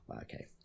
okay